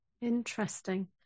Interesting